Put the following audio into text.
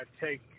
take